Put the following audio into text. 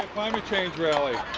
change rally. oh.